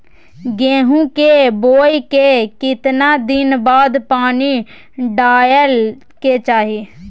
गेहूं के बोय के केतना दिन बाद पानी डालय के चाही?